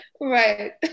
Right